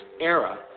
era